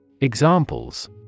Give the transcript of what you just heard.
Examples